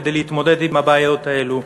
כדי להתמודד עם הבעיות האלו.